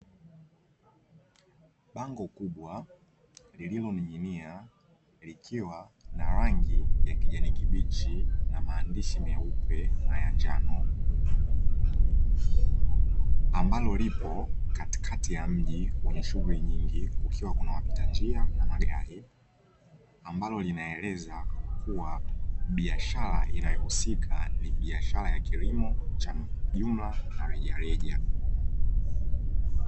Pambo kubwa lililoning’inia likiwa na rangi ya kijani kibichi na maandishi meupe na ya njano ambalo lipo katikati ya mji wenye shughuli nyingi kukiwa na wapita njia na magari ambalo linaeleza kuwa biashara inayohusika ni biashara ya kilimo cha jumla na rejareja.